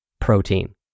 Protein